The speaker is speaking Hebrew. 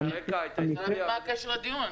מה הקשר לדיון?